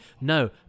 No